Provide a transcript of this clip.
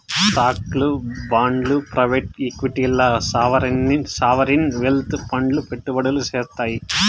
స్టాక్లు, బాండ్లు ప్రైవేట్ ఈక్విటీల్ల సావరీన్ వెల్త్ ఫండ్లు పెట్టుబడులు సేత్తాయి